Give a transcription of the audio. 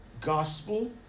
gospel